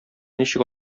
ничек